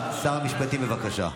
שר המשפטים, בבקשה.